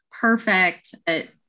perfect